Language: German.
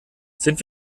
sind